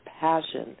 passion